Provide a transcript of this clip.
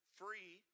free